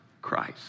Christ